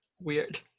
Weird